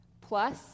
plus